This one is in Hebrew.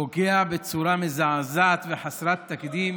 פוגע בצורה מזעזעת וחסרת תקדים